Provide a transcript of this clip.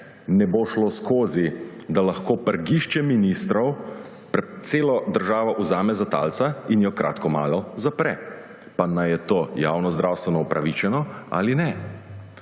ne bo šlo skozi, da lahko prgišče ministrov celo državo vzame za talca in jo kratko malo zapre, pa naj je to javnozdravstveno upravičeno ali ne.